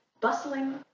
bustling